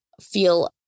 feel